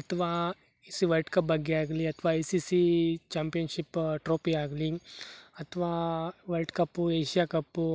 ಅಥವಾ I C world cup ಬಗ್ಗೆ ಆಗಲಿ ಅಥವಾ I C C championship trophy ಆಗಲಿ ಅಥವಾ ವರ್ಲ್ಡ್ ಕಪ್ಪು ಏಷ್ಯಾ ಕಪ್ಪು